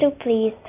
please